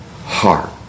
heart